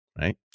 Right